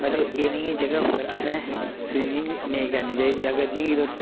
मतलब एह् नेही जगहें उप्पर असें स्वीमिंग नेईं करनी चाहिदी अगर जि'यां कि तुसेंगी